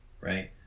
Right